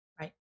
Right